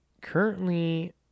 currently